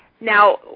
Now